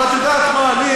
אבל את יודעת מה,